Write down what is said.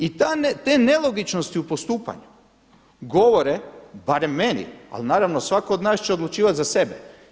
I te nelogičnosti u postupanju govore, barem meni, ali naravno svatko od nas će odlučivati za sebe.